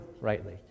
rightly